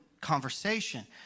conversation